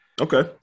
Okay